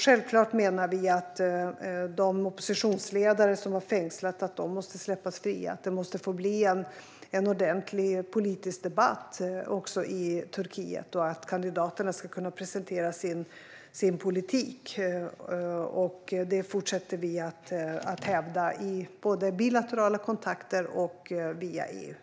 Självklart menar vi att de oppositionsledare som har fängslats måste släppas fria och att det måste få bli en ordentlig politisk debatt också i Turkiet och att kandidaterna ska kunna presentera sin politik. Det fortsätter vi att hävda i både bilaterala kontakter och via EU.